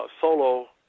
solo